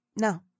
No